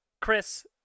Chris